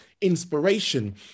inspiration